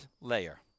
layer